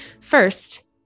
First